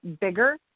bigger